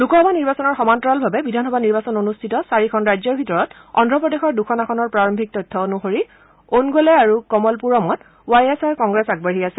লোকসভা নিৰ্বাচনৰ সমান্তৰালভাৱে বিধানসভা নিৰ্বাচন অনুষ্ঠিত চাৰিখন ৰাজ্যৰ ভিতৰত অদ্ৰপ্ৰদেশৰ দুখন আসনৰ প্ৰাৰম্ভিক তথ্য অনুসৰি অনগলে আৰু কমলপুৰমত ৱাই এছ আৰ কংগ্ৰেছ আগবাঢ়ি আছে